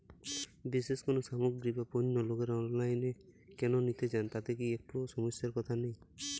বিশেষ কোনো সামগ্রী বা পণ্য লোকেরা অনলাইনে কেন নিতে চান তাতে কি একটুও সমস্যার কথা নেই?